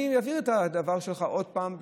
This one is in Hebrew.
אני אעביר את הבקשה שלך עוד פעם.